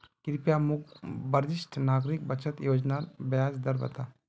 कृप्या मोक वरिष्ठ नागरिक बचत योज्नार ब्याज दर बता